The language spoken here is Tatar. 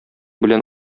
белән